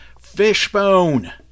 Fishbone